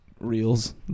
reels